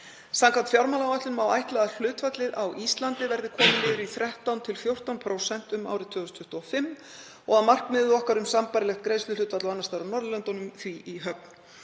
Samkvæmt fjármálaáætlun má ætla að hlutfallið á Íslandi verði komið niður í 13–14% árið 2025 og markmið okkar um sambærilegt greiðsluhlutfall og annars staðar á Norðurlöndunum því í höfn.